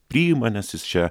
priima nes jis čia